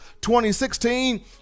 2016